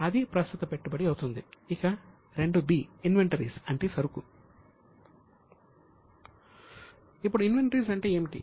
ఇప్పుడు ఇన్వెంటరీస్ అంటే ఏమిటి